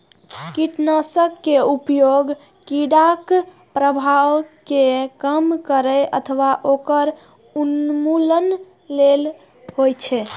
कीटनाशक के उपयोग कीड़ाक प्रभाव कें कम करै अथवा ओकर उन्मूलन लेल होइ छै